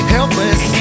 Helpless